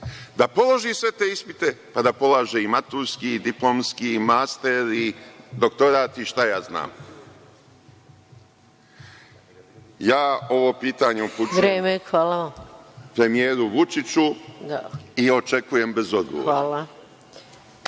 da položi sve te ispite, pa da polaže i maturski i diplomski i master i doktorat i šta ja znam. Ovo pitanje upućujem premijeru Vučiću i očekujem brz odgovor.